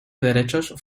derechos